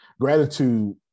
Gratitude